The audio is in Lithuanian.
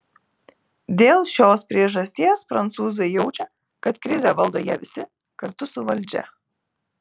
dėl šios priežasties prancūzai jaučia kad krizę valdo jie visi kartu su valdžia